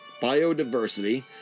biodiversity